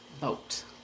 vote